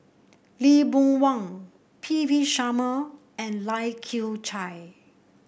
Lee Boon Wang P V Sharma and Lai Kew Chai